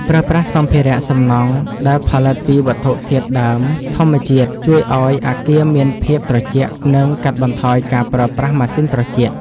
ប្រើប្រាស់សម្ភារៈសំណង់ដែលផលិតពីវត្ថុធាតុដើមធម្មជាតិជួយឱ្យអគារមានភាពត្រជាក់ និង កាត់បន្ថយការប្រើប្រាស់ម៉ាស៊ីនត្រជាក់។